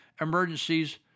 emergencies